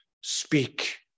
speak